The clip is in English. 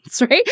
right